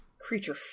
creature